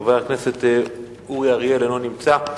חבר הכנסת אורי אריאל, אינו נמצא.